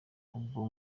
ubwo